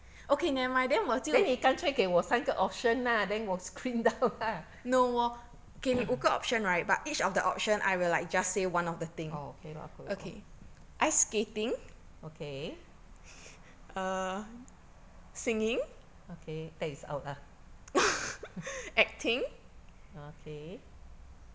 then 你干脆给我三个 option lah then 我 screen down lah oh okay lor okay lor okay okay that is out lah ah okay